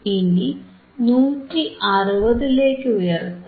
ഇനി 160ലേക്ക് ഉയർത്താം